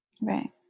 Right